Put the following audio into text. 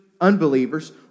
unbelievers